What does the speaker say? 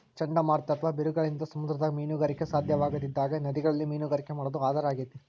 ಚಂಡಮಾರುತ ಅತ್ವಾ ಬಿರುಗಾಳಿಯಿಂದ ಸಮುದ್ರದಾಗ ಮೇನುಗಾರಿಕೆ ಸಾಧ್ಯವಾಗದಿದ್ದಾಗ ನದಿಗಳಲ್ಲಿ ಮೇನುಗಾರಿಕೆ ಮಾಡೋದು ಆಧಾರ ಆಗೇತಿ